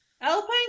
alpine